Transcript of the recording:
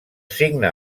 signe